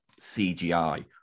CGI